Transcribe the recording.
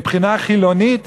מבחינה חילונית